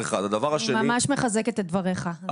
אני ממש מחזקת את דבריך.